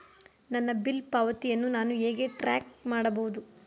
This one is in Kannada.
ನನ್ನ ಬಿಲ್ ಪಾವತಿಯನ್ನು ನಾನು ಹೇಗೆ ಟ್ರ್ಯಾಕ್ ಮಾಡಬಹುದು?